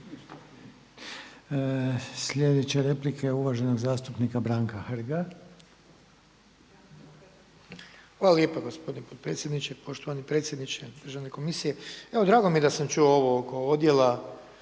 Sljedeća replika je uvaženog zastupnika Branka Hrga.